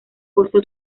costo